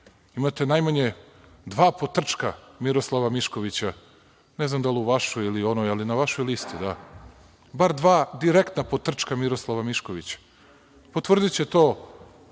Imate najmanje dva potrčka Miroslava Miškovića, ne znam da li u vašoj ili onoj, ali na vašoj listi, da. Bar dva direktna potrčka Miroslava Miškovića. Potvrdiće to